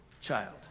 child